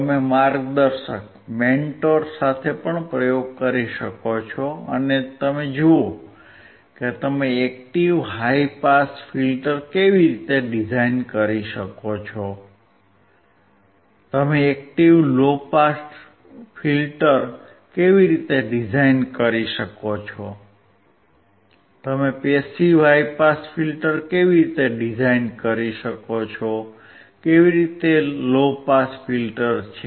તમે માર્ગદર્શક સાથે પ્રયોગ કરી શકો છો અને જુઓ કે તમે એક્ટીવ હાઇ પાસ ફિલ્ટર કેવી રીતે ડિઝાઇન કરી શકો છો તમે એક્ટીવ લો પાસ ફિલ્ટર કેવી રીતે ડિઝાઇન કરી શકો છો તમે પેસીવ હાઇ પાસ ફિલ્ટર કેવી રીતે ડિઝાઇન કરી શકો છો કેવી રીતે એક પેસીવ લો પાસ ફિલ્ટર છે